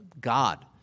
God